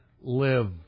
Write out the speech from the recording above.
live